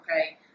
okay